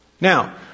Now